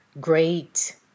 great